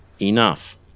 enough